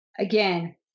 Again